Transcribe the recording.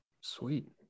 Sweet